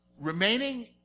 remaining